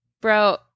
bro